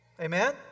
Amen